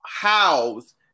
house